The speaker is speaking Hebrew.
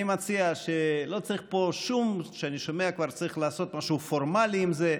אני שומע שצריך לעשות משהו פורמלי עם זה,